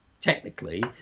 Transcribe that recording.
technically